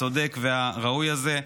הצודק והראוי הזה,